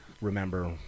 remember